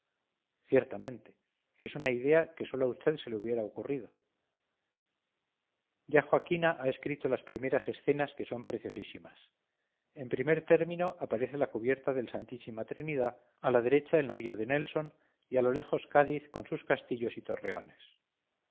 ciertamente es una idea que sólo a usted se le hubiera ocurrido ya joaquina ha escrito las primeras escenas que son preciosísimas en primer término aparece la cubierta del santísima trinidad a la derecha el navío de nelson y a lo lejos cádiz con sus castillos y torreones